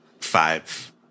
five